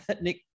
Nick